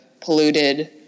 polluted